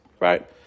right